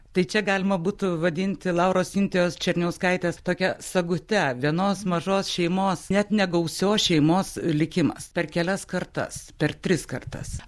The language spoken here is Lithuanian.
tai čia galima būtų vadinti lauros sintijos černiauskaitės tokia sagute vienos mažos šeimos net negausios šeimos likimas per kelias kartas per tris kartas